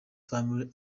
family